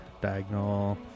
diagonal